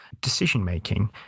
decision-making